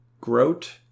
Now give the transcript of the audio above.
Grote